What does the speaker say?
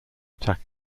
attack